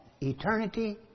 eternity